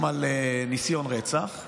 לא נכון איך שהצעתם את זה.